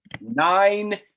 Nine